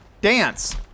dance